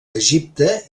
egipte